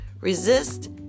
Resist